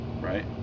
right